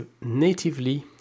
natively